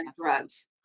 drugs